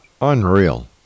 Unreal